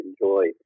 enjoy